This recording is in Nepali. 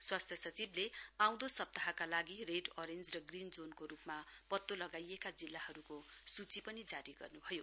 स्वास्थ्य सचिवले आउँदो सप्ताहका लागि रेडअरेञ्ज र ग्रीन जोनको रूपमा पतो लगाइएका जिल्लाहरूकगो सूची पनि जारी गर्नु भयो